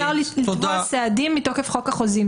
הדין הוא הפרת חוזה ואפשר לקבוע סעדים מתוקף חוק החוזים.